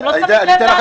אתם לא שמים לב?